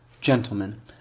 gentlemen